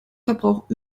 verbrauch